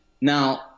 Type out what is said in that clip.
Now